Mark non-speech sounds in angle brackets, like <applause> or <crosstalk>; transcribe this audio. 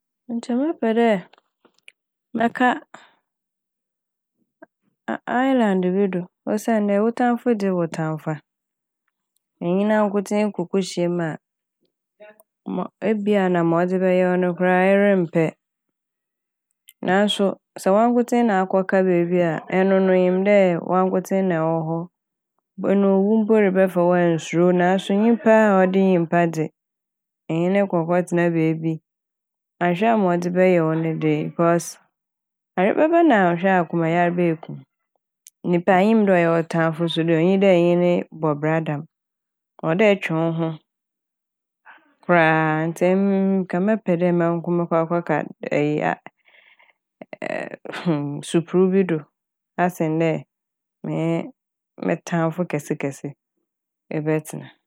Nkyɛ mɛpɛ mɛka "Is-Island" no do osiandɛ wo tamfo dze wo tamfo a osiandɛ enye nankotsee kokehyia m' a ma- ebi a ma ɔdze bɛyɛ wo no koraa eremmpɛ naaso sɛ wankotsee na akɔka beebi a ɛno no inyim dɛ wankotsee na ewɔ hɔ, ɔno owu mpo rebɛfa wo mpo a nnsuro naaso a nyimpa a ɔde nyimpa dze nnye no kɔ kɔtsenaa beebi annhwɛ a ma ɔdze bɛyɛ wo de "because" yɛrebɛba na akoma yarba eku wo. Nyimpa a inyim dɛ ɔyɛ wo tamfo de onnyi dɛ ɛnye no bɔ bra dɛm ɔwɔ dɛ etwe wo ho koraa a ntsi em- emi nka mɛpɛ dɛ manko mɔkɔka eyi a <hesitation> supruw bi do asen dɛ menye me tamfo kɛse kɛse ɛbɛtsena.